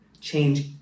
change